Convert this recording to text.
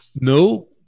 No